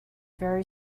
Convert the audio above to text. very